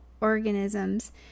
organisms